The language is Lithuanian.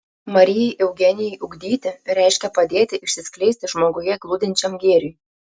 marijai eugenijai ugdyti reiškia padėti išsiskleisti žmoguje glūdinčiam gėriui